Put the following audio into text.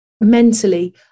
mentally